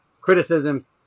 criticisms